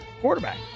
quarterback